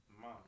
mom